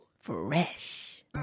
Fresh